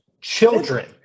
children